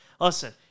listen